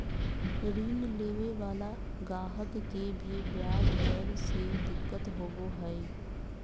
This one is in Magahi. ऋण लेवे वाला गाहक के भी ब्याज दर से दिक्कत होवो हय